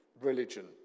religion